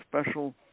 special